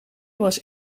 was